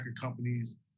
companies